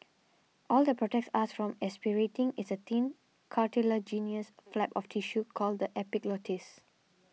all that protects us from aspirating is a thin cartilaginous flap of tissue called the epiglottis